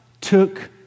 took